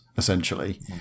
essentially